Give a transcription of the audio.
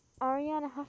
Ariana